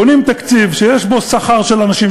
בונים תקציב שיש בו שכר של אנשים,